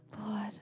Lord